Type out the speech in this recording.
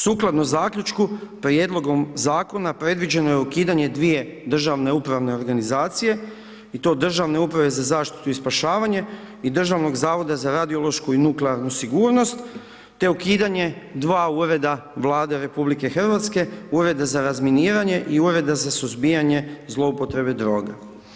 Sukladno zaključku, prijedlogom Zakona predviđeno je ukidanje dvije državne upravne organizacije i to Državne uprave za zaštitu i spašavanje i Državnog zavod za radiološku i nuklearnu sigurnost, te ukidanje dva ureda Vlade RH, Ureda za razminiranje i Ureda za suzbijanje zloupotrebe droge.